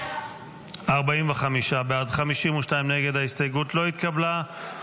45 בעד, 52 נגד, ההסתייגות לא התקבלה.